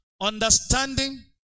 understanding